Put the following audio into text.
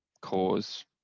cause